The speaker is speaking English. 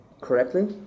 correctly